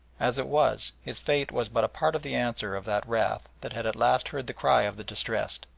as it was, his fate was but a part of the answer of that wrath that had at last heard the cry of the distressed,